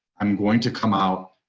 i'm going to come out.